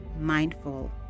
mindful